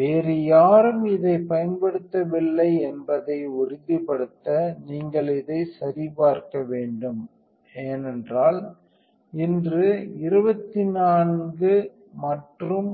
வேறு யாரும் இதைப் பயன்படுத்தவில்லை என்பதை உறுதிப்படுத்த நீங்கள் இதைச் சரிபார்க்க வேண்டும் என்றால் இன்று 24 மற்றும்